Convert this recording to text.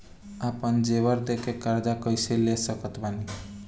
आपन जेवर दे के कर्जा कइसे ले सकत बानी?